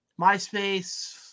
MySpace